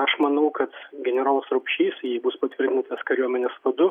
aš manau kad generolas rupšys jei bus patvirtintas kariuomenės vadu